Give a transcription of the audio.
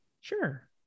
sure